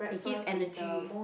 it gives energy